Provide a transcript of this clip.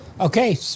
Okay